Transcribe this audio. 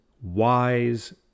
wise